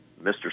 Mr